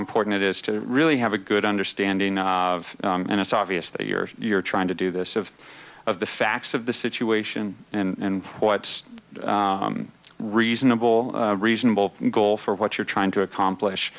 important it is to really have a good understanding of and it's obvious that you're you're trying to do this of of the facts of the situation and what's reasonable reasonable goal for what you're trying to accomplish